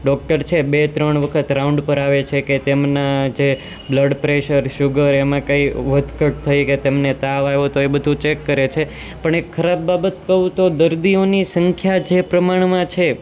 doctor છે બે ત્રણ વખત રાઉન્ડ પર આવે છે કે તેમના જે બ્લડ પ્રેશર સુગર એમાં કાંઈ વધ ઘટ થઈ કે તેમને તાવ આવ્યો તો એ બધું ચેક કરે છે પણ એક ખરાબ બાબત પણ કહું તો દર્દીઓની સંખ્યા જે પ્રમાણમાં છે